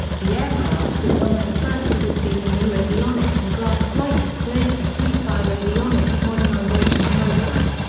the aircraft was one of the first to receive the new avionics and glass flight displays for c five avionics modernization program.